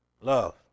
Love